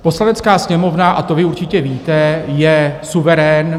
Poslanecká sněmovna, a to vy určitě víte, je suverén.